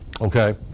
Okay